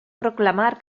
proclamar